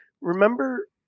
Remember